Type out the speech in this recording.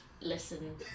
listen